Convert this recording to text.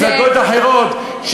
במפלגות אחרות,